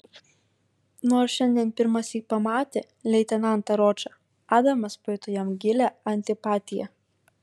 nors šiandien pirmąsyk pamatė leitenantą ročą adamas pajuto jam gilią antipatiją